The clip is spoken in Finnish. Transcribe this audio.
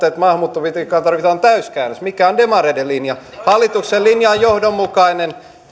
että maahanmuuttopolitiikkaan tarvitaan täyskäännös mikä on demareiden linja hallituksen linja on johdonmukainen